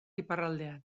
iparraldean